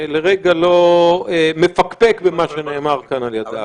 לרגע לא מפקפק במה שנאמר כאן על ידה.